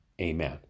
amen